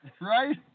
right